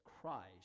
Christ